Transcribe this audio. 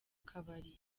kabari